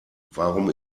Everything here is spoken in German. warum